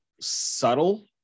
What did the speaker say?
subtle